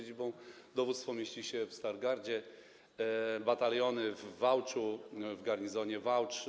Dowództwo mieści się w Stargardzie, bataliony w Wałczu, w garnizonie Wałcz.